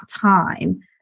time